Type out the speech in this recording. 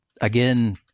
Again